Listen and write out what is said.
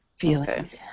feelings